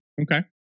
Okay